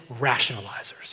rationalizers